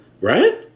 Right